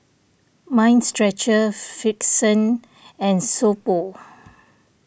Mind Stretcher Frixion and So Pho